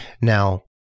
Now